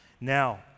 Now